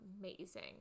amazing